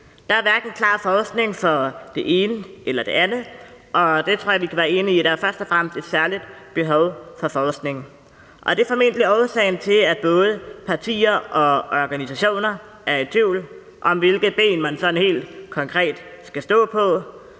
Der er hverken klar forskning om det ene eller det andet, og jeg tror, vi kan være enige om, at der først og fremmest er et særligt behov for forskning. Det er formentlig årsagen til, at både partier og organisationer er i tvivl om, hvilket ben man sådan helt konkret skal stå på.